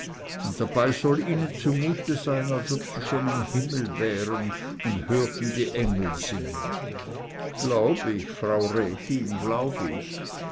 und dabei soll ihnen zumute sein als ob sie schon im himmel wären und hörten die engel singen glaub ich frau rätin glaub ich